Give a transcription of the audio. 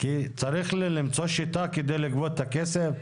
כי צריך למצוא שיטה כדי לגבות את הכסף,